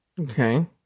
Okay